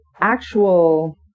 actual